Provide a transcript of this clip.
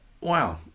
wow